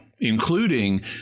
Including